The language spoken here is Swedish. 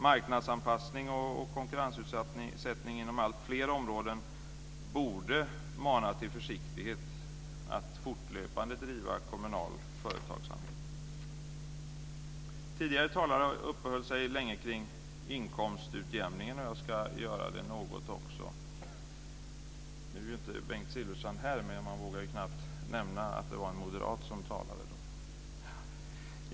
Marknadsanpassning och konkurrensutsättning inom alltfler områden borde mana till försiktighet att fortlöpande driva kommunal företagsamhet. Tidigare talare uppehöll sig länge kring inkomstutjämningen. Jag ska göra det något också. Nu är inte Bengt Silfverstrand här, men man vågar knappt nämna att det var en moderat som talade då.